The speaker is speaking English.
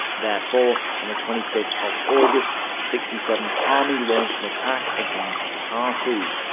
therefore, on the twenty fifth of august, sixty seventh army launched an attack against tartu.